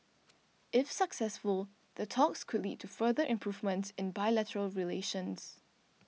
if successful the talks could lead to further improvements in bilateral relations